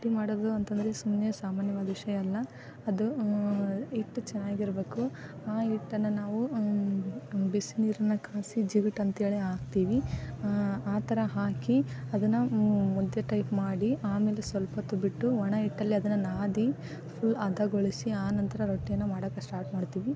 ರೊಟ್ಟಿ ಮಾಡೋದು ಅಂತ ಅಂದ್ರೆ ಸುಮ್ಮನೆ ಸಾಮಾನ್ಯವಾದ ವಿಷಯ ಅಲ್ಲ ಅದು ಹಿಟ್ಟು ಚೆನ್ನಾಗಿರಬೇಕು ಆ ಹಿಟ್ಟನ್ನು ನಾವು ಬಿಸಿ ನೀರನ್ನ ಕಾಯ್ಸಿ ಜಿಗುಟಂಥೇಳಿ ಹಾಕ್ತೀವಿ ಆ ಥರ ಹಾಕಿ ಅದನ್ನು ಮುದ್ದೆ ಟೈಪ್ ಮಾಡಿ ಆಮೇಲೆ ಸ್ವಲ್ಪ ಹೊತ್ತು ಬಿಟ್ಟು ಒಣ ಹಿಟ್ಟಲ್ಲಿ ಅದನ್ನು ನಾದಿ ಫುಲ್ ಹದಗೊಳಿಸಿ ಆನಂತರ ರೊಟ್ಟಿಯನ್ನು ಮಾಡೋಕೆ ಸ್ಟಾರ್ಟ್ ಮಾಡ್ತೀವಿ